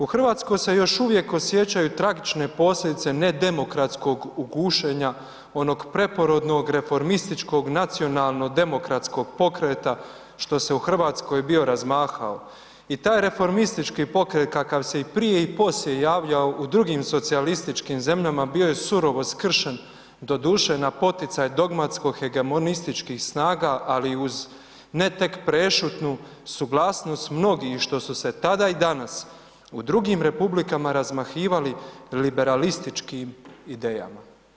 U Hrvatskoj se još uvijek osjećaju tragične posljedice nedemokratskog gušenja onog preporodnog reformističkog nacionalno-demokratskog pokreta što se u Hrvatskoj bio razmahao i taj reformistički pokret kakav se i prije i poslije javljao u drugom socijalističkim zemljama bio je surovo skršen, doduše na poticaj dogmatskog hegemonističkih snaga ali uz ne tek prešutnu suglasnost mnogih što su se tada i danas u drugim republikama razmahivali liberalističkim idejama.